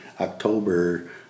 October